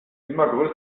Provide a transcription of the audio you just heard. immer